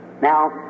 now